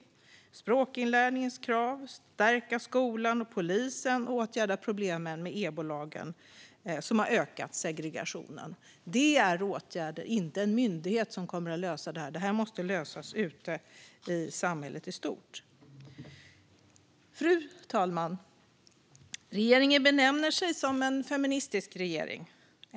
Det handlar om kraven i språkinlärningen, om att stärka skolan och polisen och om att åtgärda problemen med EBO-lagen, som har ökat segregationen. Detta är åtgärder som en myndighet inte kommer att lösa; det här måste lösas ute i samhället i stort. Fru talman! Regeringen benämner sig som en feministisk regering.